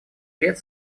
лет